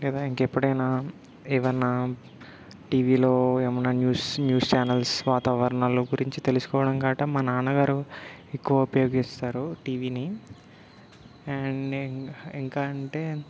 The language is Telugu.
లేదా ఇంకెప్పుడైనా ఏవన్నా టీవీలో ఏమన్నా న్యూస్ న్యూస్ ఛానల్స్ వాతావరణాలు గురించి తెలుసుకోవడం కాబట్టి మా నాన్నగారు ఎక్కువ ఉపయోగిస్తారు టీవీని అండ్ ఇం ఇంకా అంటే